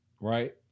right